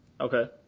Okay